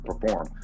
perform